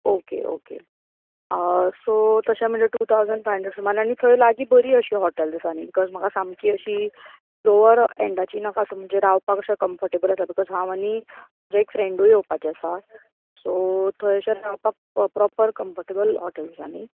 okay okay so तशे म्हणजे two thousand five hundred सुमार थंय सामकी बरी हॉटेलस आसा न्ही कोज म्हाका सामकी लोवर एंडाची नाका रावपाक कंफरटेबल बिकोज हांव आनी म्हजें एक फ्रेंडूय येवपाचे आसा सो थंय अशें प्रोपर कंफरटेबल हॉटेल हा नी